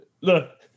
look